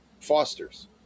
fosters